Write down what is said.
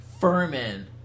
Furman